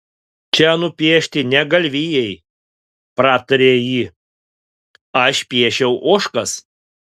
čia nupiešti ne galvijai pratarė ji aš piešiau ožkas